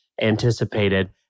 anticipated